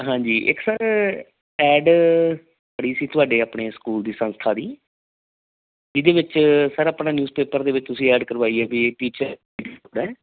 ਹਾਂਜੀ ਇੱਕ sir ad ਪੜੀ ਸੀ ਤੁਹਾਡੇ ਆਪਣੇ ਸਕੂਲ ਦੀ ਸੰਸਥਾ ਦੀ ਇਹਦੇ ਵਿੱਚ ਸਰ ਆਪਣਾ ਨਿਊਜ਼ ਪੇਪਰ ਦੇ ਵਿੱਚ ਤੁਸੀਂ ਐਡ ਕਰਵਾਈ ਬਈ ਟੀਚਰ ਦੀ ਲੋੜ ਹੈ